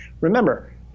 Remember